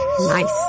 Nice